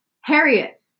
Harriet